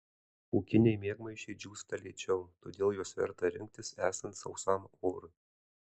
pūkiniai miegmaišiai džiūsta lėčiau todėl juos verta rinktis esant sausam orui